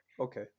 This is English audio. okay